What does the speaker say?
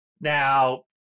Now